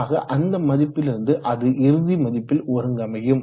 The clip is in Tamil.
பொதுவாக அந்த மதிப்பிலிருந்து அது இறுதி மதிப்பில் ஒருங்கமையும்